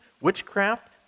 witchcraft